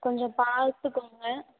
கொஞ்சம் பார்த்துக்கோங்க